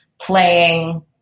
playing